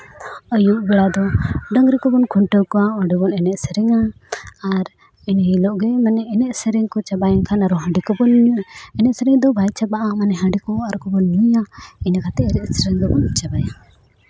ᱟᱹᱭᱩᱵ ᱵᱮᱲᱟ ᱫᱚ ᱰᱟᱝᱨᱤ ᱠᱚᱵᱚᱱ ᱠᱷᱩᱱᱴᱟᱹᱣ ᱠᱚᱣᱟ ᱚᱸᱰᱮ ᱵᱚᱱ ᱮᱱᱮᱡ ᱥᱮᱨᱮᱧᱟ ᱟᱨ ᱤᱱᱟᱹ ᱦᱤᱞᱳᱜ ᱜᱮ ᱢᱟᱱᱮ ᱮᱱᱮᱡ ᱥᱮᱨᱮᱧ ᱠᱚ ᱪᱟᱵᱟᱭᱮᱱ ᱠᱷᱟᱱ ᱦᱟᱺᱰᱤ ᱠᱚᱵᱚᱱ ᱮᱱᱮᱡ ᱥᱮᱨᱮᱧ ᱫᱚ ᱵᱟᱭ ᱪᱟᱵᱟᱜᱼᱟ ᱦᱟᱺᱰᱤ ᱠᱚᱦᱚᱸ ᱟᱨᱠᱤ ᱵᱚᱱ ᱧᱩᱭᱟ ᱤᱱᱟᱹ ᱠᱟᱛᱮᱫ ᱮᱱᱮᱡ ᱥᱮᱨᱮᱧ ᱫᱚᱵᱚᱱ ᱪᱟᱵᱟᱭᱟ